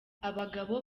abagabo